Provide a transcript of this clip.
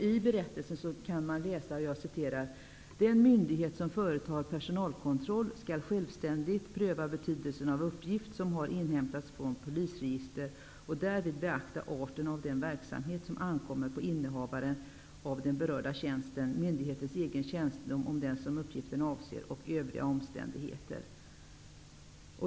I berättelsen kan man läsa: ''Den myndighet som företar personalkontroll skall självständigt pröva betydelsen av uppgift som har inhämtats från polisregister och därvid beakta arten av den verksamhet som ankommer på innehavare av den berörda tjänsten, myndighetens egen kännedom om den som uppgiften avser och övriga omständigheter.''